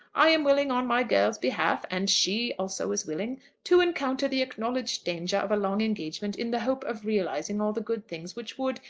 i am willing, on my girl's behalf and she also is willing to encounter the acknowledged danger of a long engagement in the hope of realising all the good things which would,